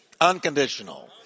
unconditional